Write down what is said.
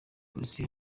polisi